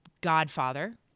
godfather